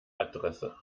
adresse